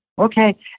okay